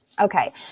Okay